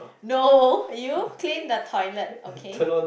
no you clean the toilet okay